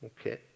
okay